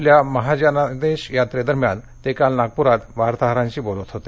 आपल्या महाजनादेश यात्रे दरम्यान ते काल नागपुरात वार्ताहरांशी बोलत होते